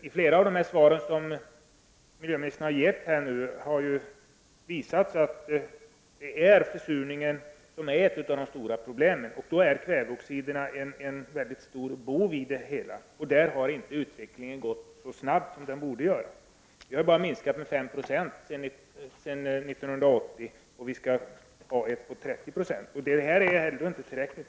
I flera av de svar som miljöministern har avgivit i dag har det visats att det är försurningen som är ett av de stora problemen och att kväveoxiderna är en stor bov i sammanhanget. Utvecklingen har inte gått så snabbt som den borde göra. Kväveoxidutsläppen har sedan 1980 minskat med bara 5 26 medan målet utgör 30 76. En sådan minskning är inte tillräcklig.